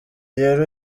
rero